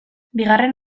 bigarren